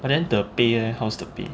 but then the pay leh how's the pay